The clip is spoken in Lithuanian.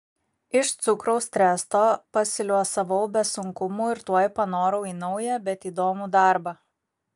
iš cukraus tresto pasiliuosavau be sunkumų ir tuoj panorau į naują bet įdomų darbą